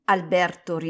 Alberto